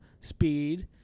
speed